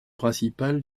principales